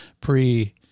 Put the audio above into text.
pre